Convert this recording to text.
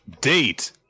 date